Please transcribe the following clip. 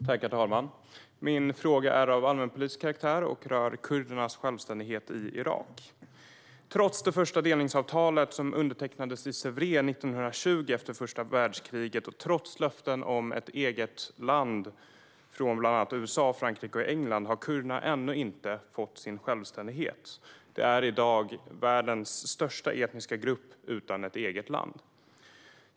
Herr talman! Min fråga är av allmänpolitisk karaktär och rör kurdernas självständighet i Irak. Trots det första delningsavtalet som undertecknades i Sèvres 1920 efter första världskriget och trots löften om ett eget land från bland annat USA, Frankrike och England har kurderna ännu inte fått sin självständighet. Det är i dag världens största etniska grupp utan ett eget land.